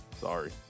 Sorry